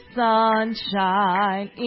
sunshine